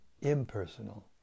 impersonal